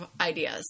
ideas